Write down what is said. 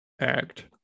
act